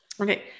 okay